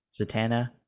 Zatanna